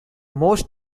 most